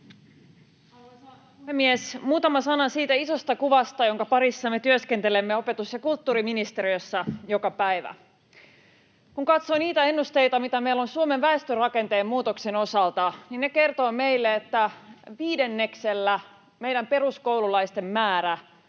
Arvoisa puhemies! Muutama sana siitä isosta kuvasta, jonka parissa me työskentelemme opetus- ja kulttuuriministeriössä joka päivä. Kun katsoo niitä ennusteita, mitä meillä on Suomen väestörakenteen muutoksen osalta, niin ne kertovat meille, että meidän peruskoululaistemme määrän